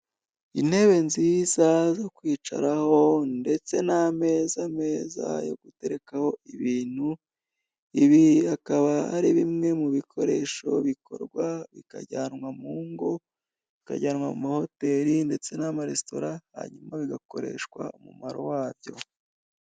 Intebe nziza zo kwicaho ndetse n'ameza meza yo guterekaho ibintu, ibi akaba ari bimwe mu bikoresho bikorwa bikajyanwa mu ngo, bikajyanwa mu mahoteli ndetse n'amaresitora, hanyuma bigakoreshwa umumaro wabyo.